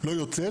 לא יוצאת,